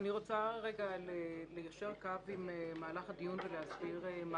רוצה ליישר קו עם מהלך הדיון ולהסביר את